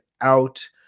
out